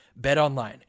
BetOnline